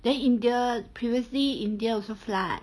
then india previously india also flood